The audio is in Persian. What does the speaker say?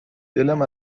دلم